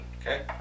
Okay